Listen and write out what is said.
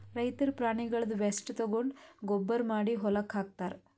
ರೈತರ್ ಪ್ರಾಣಿಗಳ್ದ್ ವೇಸ್ಟ್ ತಗೊಂಡ್ ಗೊಬ್ಬರ್ ಮಾಡಿ ಹೊಲಕ್ಕ್ ಹಾಕ್ತಾರ್